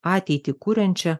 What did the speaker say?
ateitį kuriančią